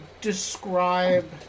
describe